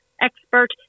expert